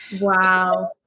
Wow